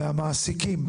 מהמעסיקים,